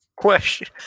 Question